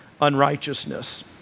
unrighteousness